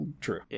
true